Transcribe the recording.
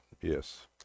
Yes